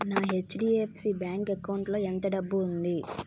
నా HDFC bank అకౌంటులో ఎంత డబ్బు ఉంది